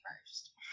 first